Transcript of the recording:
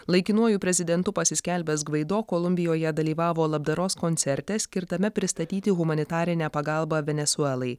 laikinuoju prezidentu pasiskelbęs gvaido kolumbijoje dalyvavo labdaros koncerte skirtame pristatyti humanitarinę pagalbą venesuelai